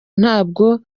ntabwo